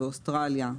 באוסטרליה,